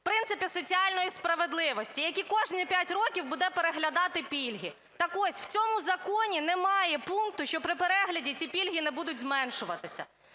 принципі соціальної справедливості, які кожні п'ять років будуть переглядати пільги. Так ось у цьому законі немає пункту, що при перегляді ці пільги не будуть зменшуватися.